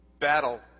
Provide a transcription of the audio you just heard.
battle